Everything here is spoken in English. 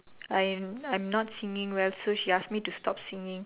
I'm I'm not singing well so she asked me to stop singing